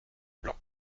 blanc